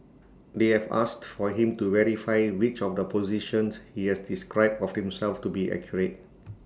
they have asked for him to verify which of the positions he has described of himself to be accurate